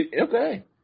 Okay